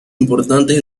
importantes